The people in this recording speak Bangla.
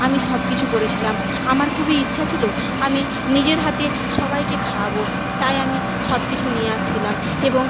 আমি সব কিছু করেছিলাম আমার খুবই ইচ্ছা ছিলো আমি নিজের হাতে সবাইকে খাওয়াবো তাই আমি সব কিছু নিয়ে এসেছিলাম এবং